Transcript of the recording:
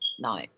No